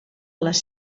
les